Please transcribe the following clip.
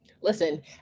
Listen